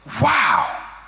wow